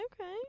Okay